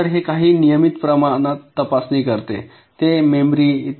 तर हे काही नियमित तपासणी करते ते मेमरी इ